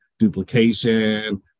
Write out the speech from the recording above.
Duplication